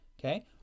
okay